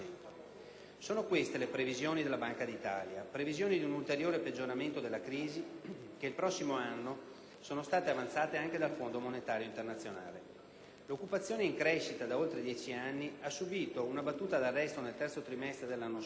Sono queste le previsioni della Banca d'Italia. Previsioni di un ulteriore peggioramento della crisi per il prossimo anno sono state avanzate anche dal Fondo monetario internazionale. L'occupazione, in crescita da oltre dieci anni, ha subito una battuta d'arresto nel terzo trimestre dell'anno scorso;